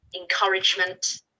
encouragement